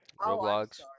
Roblox